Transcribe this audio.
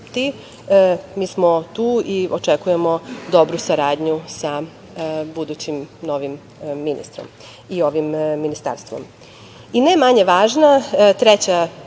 Mi smo tu i očekujemo dobru saradnju sa budućim novim ministrom i ovim ministarstvom. Ne manje važna treća